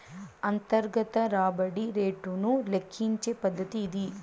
అంతర్గత రాబడి రేటును లెక్కించే పద్దతి ఇది